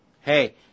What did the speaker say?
Hey